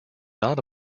not